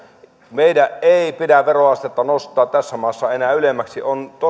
meidän ei pidä veroastetta nostaa tässä maassa enää ylemmäksi on